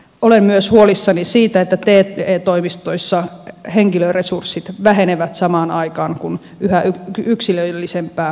olen myös huolissani siitä että te toimistoissa henkilöresurssit vähenevät samaan aikaan kun yhä yksilöllisempää ohjausta tarvitaan